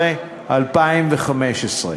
ו-2015.